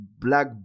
black